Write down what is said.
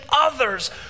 others